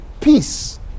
peace